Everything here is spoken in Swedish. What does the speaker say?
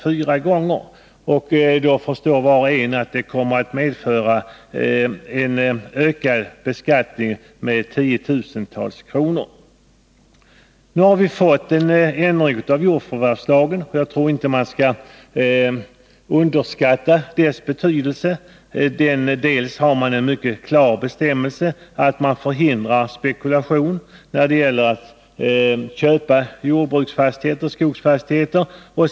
Som var och en förstår kommer det att medföra en ökad beskattning med tiotusentals kronor. Vi har fått en ändring av jordförvärvslagen, och jag tror inte att man skall underskatta betydelsen av den. Det finns en mycket klar bestämmelse som förhindrar spekulation vid köp av jordbruksoch skogsfastigheter.